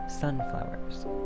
Sunflowers